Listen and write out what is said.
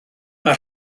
mae